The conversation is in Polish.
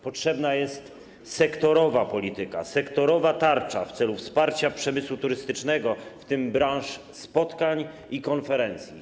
Potrzebna jest sektorowa polityka, sektorowa tarcza w celu wsparcia przemysłu turystycznego, w tym branż spotkań i konferencji.